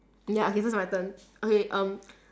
ya okay so so it's my turn okay um